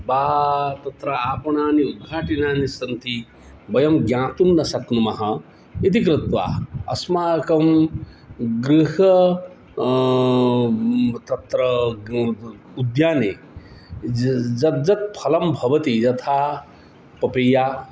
वा तत्र आपणानि उद्घाटिनानि सन्ति वयं ज्ञातुं न शक्नुमः इति कृत्वा अस्माकं गृहे तत्र ग उद्याने ज यत् यत् फलं भवति यथा पपिय्या